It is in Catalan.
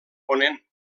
ponent